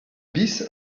bis